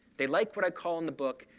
they like, what i call in the book,